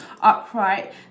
upright